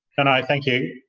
and i thank you.